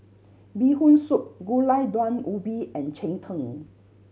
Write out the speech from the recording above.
Bee Hoon Soup Gulai Daun Ubi and cheng tng